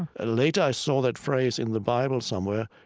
ah ah later, i saw that phrase in the bible somewhere,